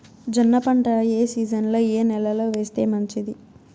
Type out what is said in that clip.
జొన్న పంట ఏ సీజన్లో, ఏ నెల లో వేస్తే మంచిది?